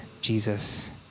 Jesus